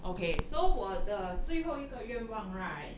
okay so 我的最后一个愿望 right